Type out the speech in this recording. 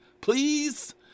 please